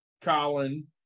Colin